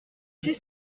fixer